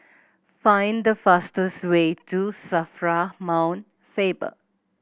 find the fastest way to SAFRA Mount Faber